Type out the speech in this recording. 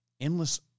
endless